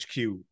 HQ